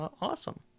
Awesome